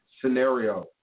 scenario